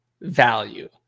value